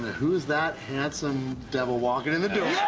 who is that handsome devil walking in the door?